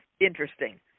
interesting